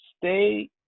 stay